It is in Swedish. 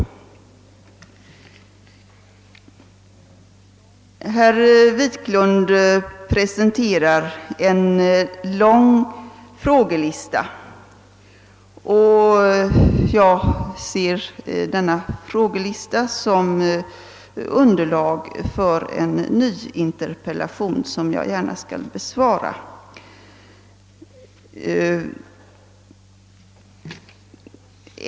Herr Wiklund presenterar en lång frågelista, och jag ser denna som ett underlag för en ny interpellation, vilken jag gärna skall besvara.